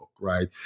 right